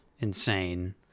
insane